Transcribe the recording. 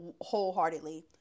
wholeheartedly